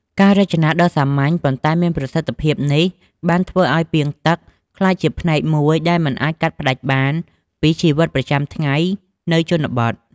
ការរចនាដ៏សាមញ្ញ ប៉ុន្តែមានប្រសិទ្ធភាពនេះ បានធ្វើឲ្យពាងទឹកក្លាយជាផ្នែកមួយដែលមិនអាចកាត់ផ្ដាច់បានពីជីវិតប្រចាំថ្ងៃនៅជនបទ។